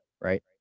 right